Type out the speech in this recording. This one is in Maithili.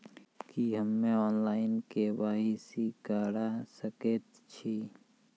की हम्मे ऑनलाइन, के.वाई.सी करा सकैत छी?